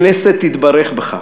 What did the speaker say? הכנסת תתברך בך.